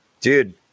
dude